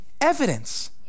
evidence